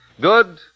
Good